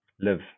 live